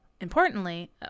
importantly